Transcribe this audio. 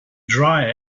dryer